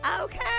okay